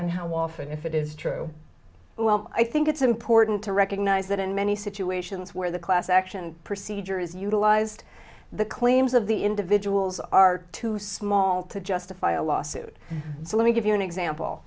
and how often if it is true well i think it's important to recognize that in many situations where the class action procedure is utilized the claims of the individuals are too small to justify a lawsuit so let me give you an example